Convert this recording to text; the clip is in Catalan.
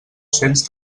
cents